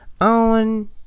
on